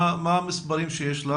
מה המספרים שיש?